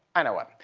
i know what.